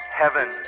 heaven